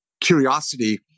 curiosity